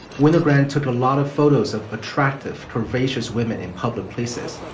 winogrand took a lot of photos of attractive, curvaceous women in public places.